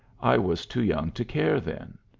i was too young to care then.